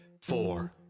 four